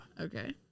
Okay